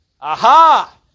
Aha